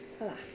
Alas